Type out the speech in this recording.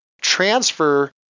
transfer